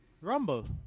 Rumble